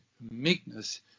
meekness